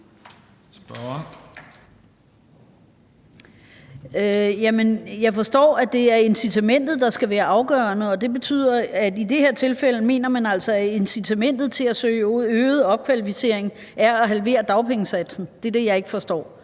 jeg forstår, at det er incitamentet, der skal være afgørende, og det betyder i det her tilfælde, at man altså mener, at incitamentet til at søge øget opkvalificering er at halvere dagpengesatsen. Det er det, jeg ikke forstår,